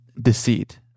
deceit